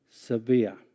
severe